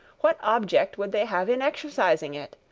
what object would they have in exercising it?